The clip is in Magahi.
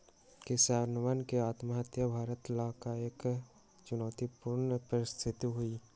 किसानवन के आत्महत्या भारत ला एक चुनौतीपूर्ण परिस्थिति हई